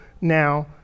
now